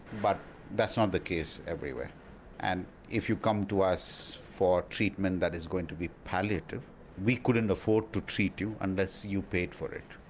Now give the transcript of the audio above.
but that's not ah the case everywhere and if you come to us for treatment that is going to be palliative we couldn't afford to treat you unless you paid for it.